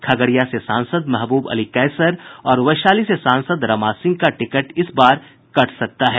खगड़िया से सांसद महबूब अली कैसर और वैशाली से सांसद रमा सिंह का टिकट इस बार कट सकता है